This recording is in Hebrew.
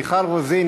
מיכל רוזין,